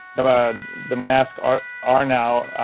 um ah the masks are are now